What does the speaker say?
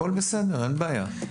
הכול בסדר, אין בעיה.